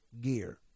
gear